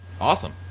Awesome